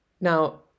Now